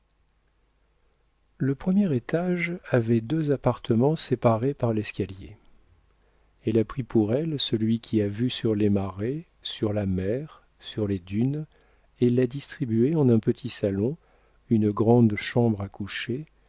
le premier étage avait deux appartements séparés par l'escalier elle a pris pour elle celui qui a vue sur les marais sur la mer sur les dunes et l'a distribué en un petit salon une grande chambre à coucher